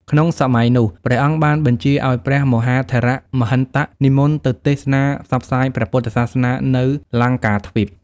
ក្នុងសម័យនោះ ព្រះអង្គបានបញ្ជាឱ្យ ព្រះមហាថេរមហិន្ទ និមន្តទៅទេសនាផ្សព្វផ្សាយព្រះពុទ្ធសាសនានៅ លង្កាទ្វីប។